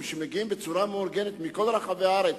שמגיעים בצורה מאורגנת מכל רחבי הארץ,